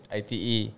ite